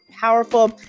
powerful